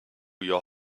your